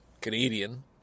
Canadian